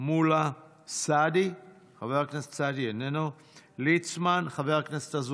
מולה, סעדי, חבר הכנסת סעדי, איננו, ליצמן.